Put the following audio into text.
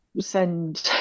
send